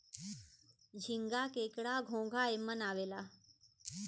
झींगा, केकड़ा, घोंगा एमन आवेला